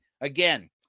again